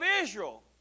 Israel